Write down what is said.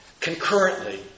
concurrently